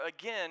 again